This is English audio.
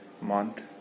month